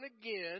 again